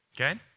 Okay